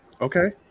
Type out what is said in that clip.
okay